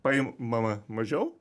paimama mažiau